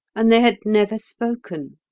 and they had never spoken.